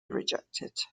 rejected